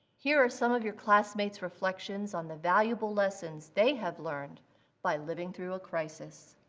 here are some of your classmates reflections on the valuable lessons they have learned by living through a crisis.